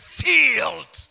field